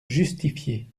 justifier